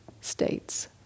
states